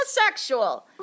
homosexual